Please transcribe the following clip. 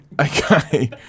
Okay